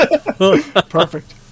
Perfect